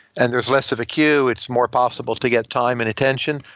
and there's less of a queue. it's more possible to get time and attention.